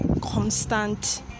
constant